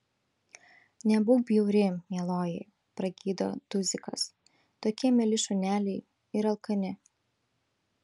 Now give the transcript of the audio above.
nebūk bjauri mieloji pragydo tuzikas tokie mieli šuneliai ir alkani